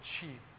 cheap